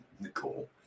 Nicole